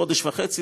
חודש וחצי,